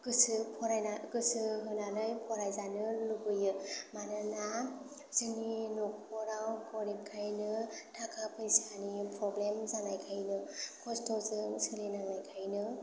गोसो फरायना गोसो होनानै फरायजानो लुबैयो मानोना जोंनि न'खराव गोरिबखायनो थाखा फैसानि प्रब्लेम जानायखायनो खस्थ'जों सोलि नांनायखायनो